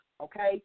Okay